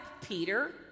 Peter